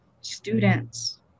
students